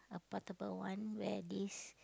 a portable one where this